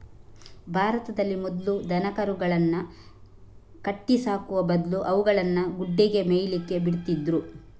ಭಾರತದಲ್ಲಿ ಮೊದ್ಲು ದನಕರುಗಳನ್ನ ಕಟ್ಟಿ ಸಾಕುವ ಬದ್ಲು ಅವುಗಳನ್ನ ಗುಡ್ಡೆಗೆ ಮೇಯ್ಲಿಕ್ಕೆ ಬಿಡ್ತಿದ್ರು